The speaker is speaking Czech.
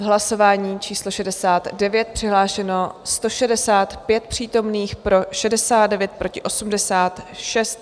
Hlasování číslo 69, přihlášeno 165 přítomných, pro 69, proti 86.